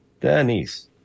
Denise